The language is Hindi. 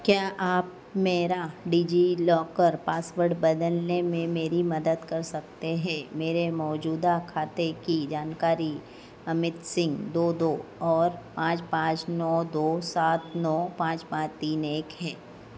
क्या आप मेरा डिजिलॉकर पासवर्ड बदलने में मेरी मदद कर सकते हैं मेरे मौजूदा खाते की जानकारी अमित सिंह दो दो और पाँच पाँच नौ दो सात नौ पाँच पाँच तीन एक है